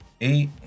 Eight